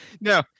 No